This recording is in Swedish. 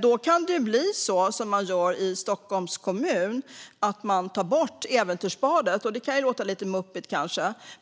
Då kan det bli som i Stockholms kommun, att man tar bort äventyrsbadet. Det kan ju låta lite muppigt,